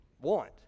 want